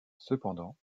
cependant